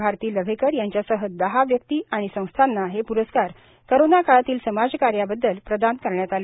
भारती लव्हेकर यांच्यासह दहा व्यक्ती व संस्थांना हे प्रस्कार कोरोना काळातील समाजकार्याबददल प्रदान करण्यात आले